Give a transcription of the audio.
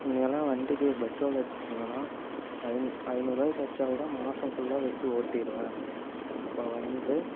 முன்னையெல்லாம் வண்டிக்கு பெட்ரோல் அடிச்சிக்கணுனா ஐன் ஐநூறுபாய்க்கு அடிச்சால் கூட மாசம் ஃபுல்லாக வெச்சு ஓட்டிடுவேன் இப்போ வந்து